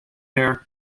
hare